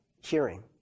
hearing